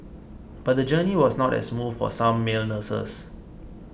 but the journey was not as smooth for some male nurses